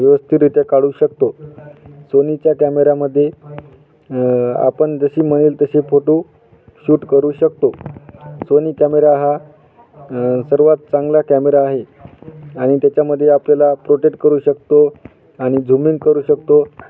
व्यवस्थितरित्या काढू शकतो सोनीच्या कॅमेरामध्ये आपण जसे म्हणेल तसे फोटोशूट करू शकतो सोनी कॅमेरा हा सर्वात चांगला कॅमेरा आहे आणि त्याच्यामध्ये आपल्याला प्रोटेक्ट करू शकतो आणि झुमिंग करू शकतो